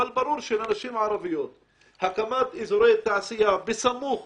ברור שלנשים הערביות הקמת אזורי תעשייה בסמוך